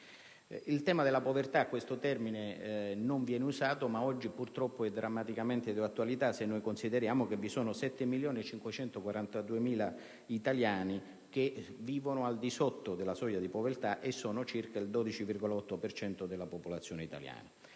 Il termine povertà non viene usato, ma oggi è purtroppo drammaticamente di attualità, se consideriamo che vi sono 7.542.000 italiani che vivono al di sotto della soglia di povertà, e sono circa il 12,8 per cento della popolazione italiana.